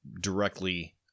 directly